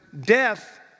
death